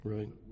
Right